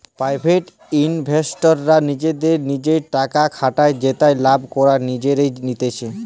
private ইনভেস্টররা নিজেদের জিনে টাকা খাটান জেতার লাভ তারা নিজেই নিতেছে